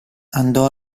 andò